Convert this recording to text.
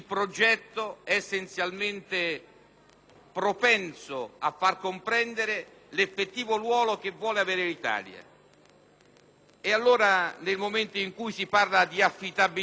propenso a far comprendere l'effettivo ruolo che vuole aver l'Italia. Nel momento in cui si parla di affidabilità della nostra Nazione noi siamo felici